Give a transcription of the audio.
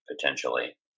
potentially